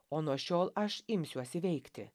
o nuo šiol aš imsiuosi veikti